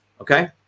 Okay